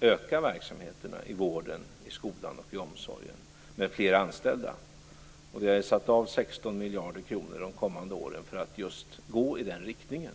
utöka verksamheterna i vården, skolan och omsorgen med fler anställda. Vi har satt av 16 miljarder kronor de kommande åren just för att kunna gå i den riktningen.